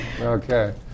Okay